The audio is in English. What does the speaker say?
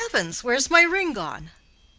good heavens, where is my ring gone?